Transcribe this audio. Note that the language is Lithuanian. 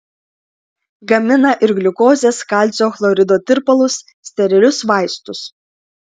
gamina ir gliukozės kalcio chlorido tirpalus sterilius vaistus